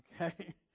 Okay